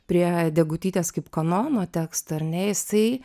prie degutytės kaip kanono teksto ar ne jisai